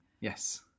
Yes